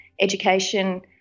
education